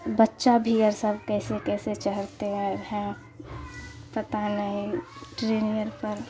بچہ بھی اور سب کیسے کیسے چڑھتے ہیں پتہ نہیں ٹرین پر